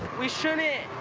we should it.